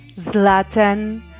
Zlatan